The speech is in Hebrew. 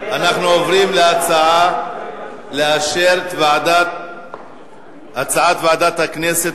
אנחנו עוברים להצבעה על אישור הצעת ועדת הכנסת